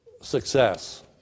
success